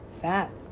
fat